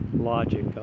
logic